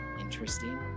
interesting